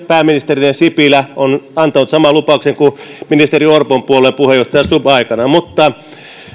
pääministerinne sipilä on antanut saman lupauksen kuin ministeri orpon puolueen puheenjohtaja stubb aikanaan